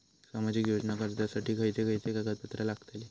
सामाजिक योजना अर्जासाठी खयचे खयचे कागदपत्रा लागतली?